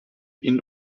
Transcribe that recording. ihn